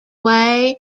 way